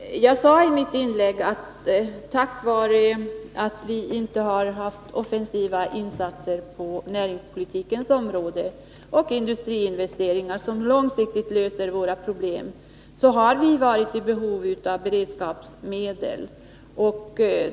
Herr talman! Jag sade i mitt inlägg att då det inte har gjorts några offensiva insatser på näringspolitikens område och några industriinvesteringar som långsiktigt löser våra problem, har vi varit i behov av beredskapsmedel.